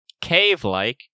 Cave-like